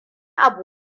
abu